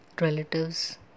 relatives